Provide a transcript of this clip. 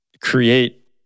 create